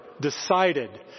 decided